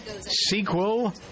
sequel